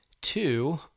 two